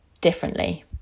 differently